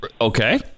Okay